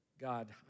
God